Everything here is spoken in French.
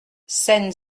scène